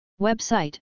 Website